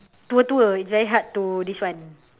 tua tua it's very hard to this one